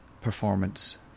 performance